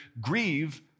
grieve